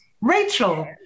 rachel